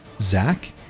Zach